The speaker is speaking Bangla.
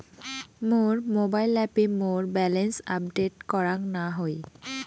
মোর মোবাইল অ্যাপে মোর ব্যালেন্স আপডেট করাং না হই